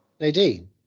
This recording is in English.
Nadine